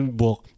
book